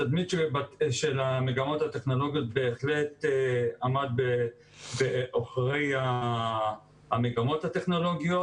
התדמית של המגמות הטכנולוגיות בהחלט עמד בעוכרי המגמות הטכנולוגיות.